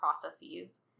processes